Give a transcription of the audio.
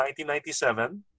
1997